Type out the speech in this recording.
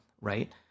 Right